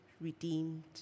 redeemed